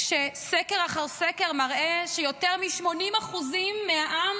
כשסקר אחר סקר מראה שיותר מ-80% מהעם